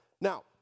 Now